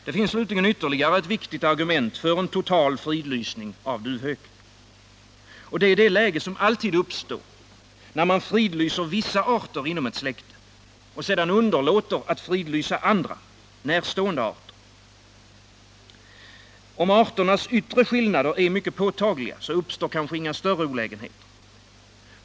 Det finns slutligen ytterligare ett viktigt argument för en total fridlysning av duvhöken. Det är det läge som alltid uppstår när man fridlyster vissa arter inom ett släkte och sedan underlåter att fridlysa andra, närstående arter. Om arternas yttre skillnader är mycket påtagliga uppstår kanske inga större olägenheter.